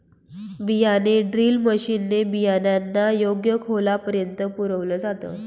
बियाणे drill machine ने बियाणांना योग्य खोलापर्यंत पुरल जात